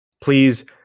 Please